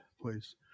please